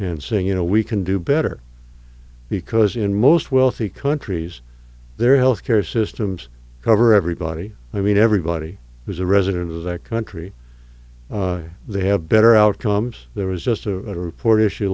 and saying you know we can do better because in most wealthy countries their health care systems cover everybody i mean everybody who is a resident of that country they have better outcomes there was just a report issue